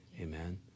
Amen